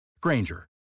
Granger